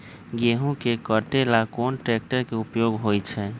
गेंहू के कटे ला कोंन ट्रेक्टर के उपयोग होइ छई?